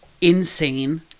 insane